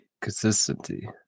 Consistency